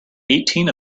eighteen